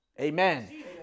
Amen